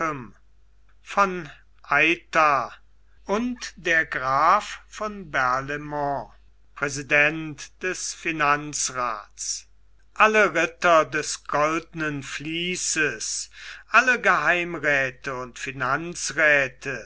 von aytta und der graf von barlaimont präsident des finanzraths alle ritter des goldnen vließes alle geheimderäthe und